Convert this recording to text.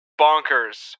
bonkers